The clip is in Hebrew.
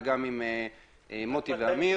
וגם עם מוטי ואמיר,